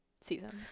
seasons